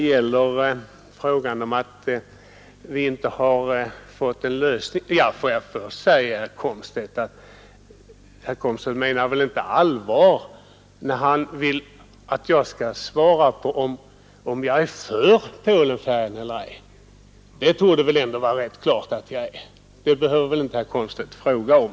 Herr Komstedt menar väl inte allvar, när han vill att jag skall svara om jag är för Polenfärjan eller ej? Det är klart att jag är. Det behöver inte herr Komstedt fråga om.